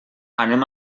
anem